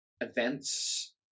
events